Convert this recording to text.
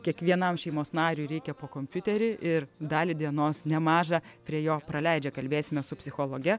kiekvienam šeimos nariui reikia po kompiuterį ir dalį dienos nemažą prie jo praleidžia kalbėsime su psichologe